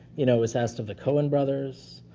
you know, was asked of the coen brothers,